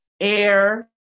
air